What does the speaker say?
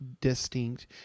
distinct